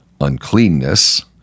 uncleanness